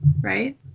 right